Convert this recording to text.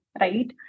right